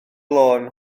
lôn